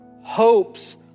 hopes